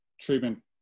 treatment